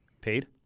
Paid